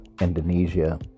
Indonesia